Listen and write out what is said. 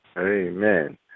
Amen